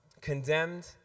condemned